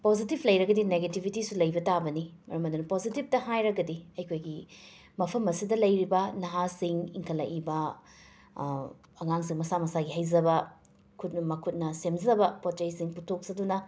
positive ꯂꯩꯔꯒꯗꯤ ꯅꯦꯒꯤꯇꯤꯕꯤꯁꯨ ꯂꯩꯕ ꯇꯥꯕꯅꯤ ꯃꯔꯝ ꯑꯗꯨꯅ ꯄꯣꯖꯤꯇꯤꯞꯇ ꯍꯥꯏꯔꯒꯗꯤ ꯑꯩꯈꯣꯏꯒꯤ ꯃꯐꯝ ꯑꯁꯤꯗ ꯂꯩꯔꯤꯕ ꯅꯍꯥꯁꯤꯡ ꯏꯟꯈꯠꯂꯏꯕ ꯑꯉꯥꯡꯁꯤꯡ ꯃꯁꯥ ꯃꯁꯥꯒꯤ ꯍꯩꯖꯕ ꯈꯨꯠꯅ ꯃꯈꯨꯠꯅ ꯁꯦꯝꯖꯕ ꯄꯣꯠ ꯆꯩꯁꯤꯡ ꯄꯨꯊꯣꯛꯆꯗꯨꯅ